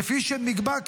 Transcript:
כפי שנקבע,